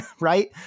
Right